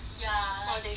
oh they should